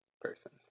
person